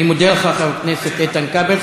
אני מודה לך, חבר הכנסת איתן כבל.